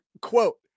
quote